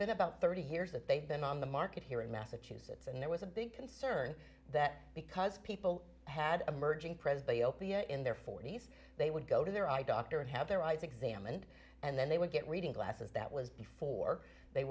been about thirty years that they've been on the market here in massachusetts and there was a big concern that because people had emerging presby opiah in their forty's they would go to their eye doctor and have their eyes examined and then they would get reading glasses that was before they